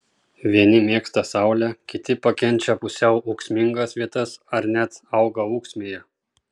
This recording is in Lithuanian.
vieni mėgsta saulę kiti pakenčia pusiau ūksmingas vietas ar net auga ūksmėje